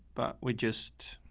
but we just,